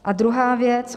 A druhá věc.